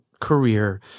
career